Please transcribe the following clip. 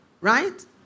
right